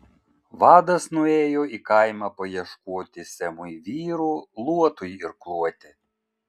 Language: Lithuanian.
vadas nuėjo į kaimą paieškoti semui vyrų luotui irkluoti